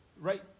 right